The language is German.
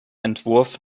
entwurf